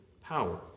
power